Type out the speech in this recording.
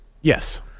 Yes